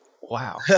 wow